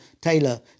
Taylor